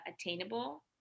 attainable